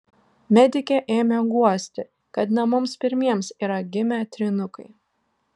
medikė ėmė guosti kad ne mums pirmiems yra gimę trynukai